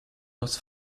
bus